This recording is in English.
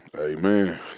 Amen